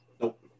Nope